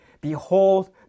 behold